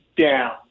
down